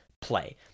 play